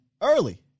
early